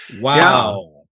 Wow